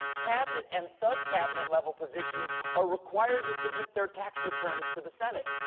cabinet and subcabinet-level positions are required to submit their tax returns to the senate.